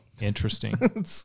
interesting